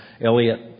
Elliott